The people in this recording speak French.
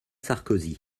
sarkozy